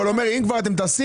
אבל אם אתם כבר טסים,